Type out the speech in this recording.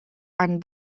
and